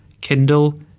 Kindle